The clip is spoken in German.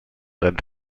rennt